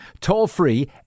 toll-free